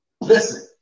Listen